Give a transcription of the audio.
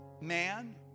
man